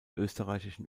österreichischen